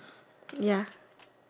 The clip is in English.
ya